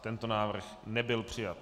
Tento návrh nebyl přijat.